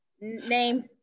Name